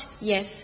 yes